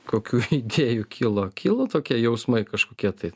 kokių idėjų kilo kilo tokie jausmai kažkokie tai